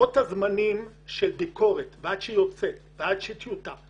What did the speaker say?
לוחות הזמנים של ביקורת: עד שהיא יוצאת ועד שיש טיוטה,